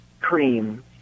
cream